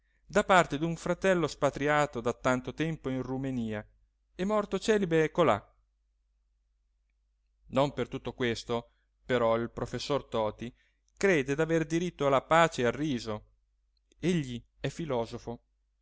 da parte d'un fratello spatriato da tanto tempo in rumenia e morto celibe colà non per tutto questo però il professor toti crede d'aver diritto alla pace e al riso egli è filosofo